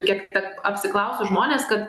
kiek tik apsiklausiu žmones kad